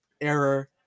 error